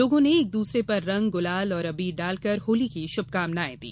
लोगों ने एक दूसरे पर रंग गुलाल और अबीर डालकर होली की शुभकामनाए दी